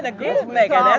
the grove maker